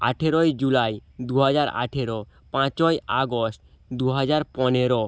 আঠেরোই জুলাই দুহাজার আঠেরো পাঁচই আগস্ট দুহাজার পনেরো